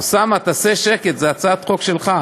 אוסאמה, תעשה שקט, זאת הצעת חוק שלך.